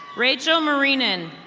rachel mareenen.